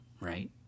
right